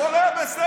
הכול היה בסדר,